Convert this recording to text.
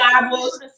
Bibles